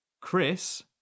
chris